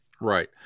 Right